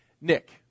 Nick